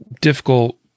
difficult